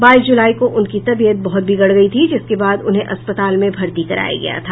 बाईस जुलाई को उनकी तबीयत बहुत बिगड़ गयी थी जिसके बाद उन्हें अस्पताल में भर्ती कराया गया था